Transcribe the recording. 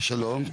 שלום,